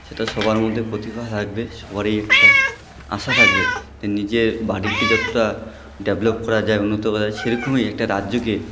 সেটা সবার মধ্যে প্রতিভা থাকবে সবারই একটা আশা থাকবে নিজের বাড়িকে যতটা ডেভলপ করা যায় উন্নতভাবে সেরকমই একটা রাজ্যকে